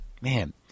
Man